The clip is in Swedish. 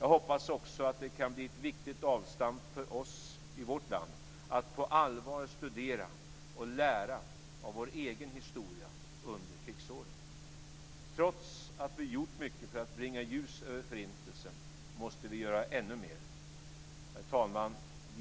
Jag hoppas också att det kan bli ett viktigt avstamp för oss i vårt land att på allvar studera och lära av vår egen historia under krigsåren. Trots att vi har gjort mycket för att bringa ljus över Förintelsen måste vi göra ännu mer. Herr talman!